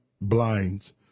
blinds